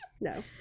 no